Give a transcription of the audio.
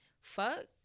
fuck